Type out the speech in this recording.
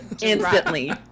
instantly